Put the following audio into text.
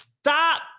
stop